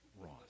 Ross